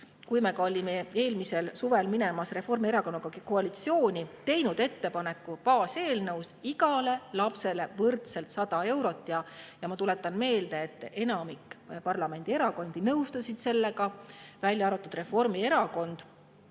kui me olime eelmisel suvel minemas Reformierakonnaga koalitsiooni, ettepaneku baaseelnõus igale lapsele võrdselt 100 eurot. Ma tuletan meelde, et enamik parlamendierakondi nõustus sellega, välja arvatud Reformierakond,